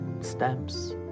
stamps